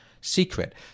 secret